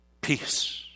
peace